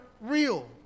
real